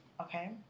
okay